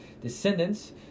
descendants